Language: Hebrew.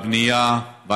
רציתי להגיד: כבוד השר.